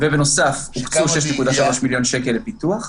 ובנוסף הוקצו 6.3 מיליון שקל לפיתוח.